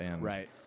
Right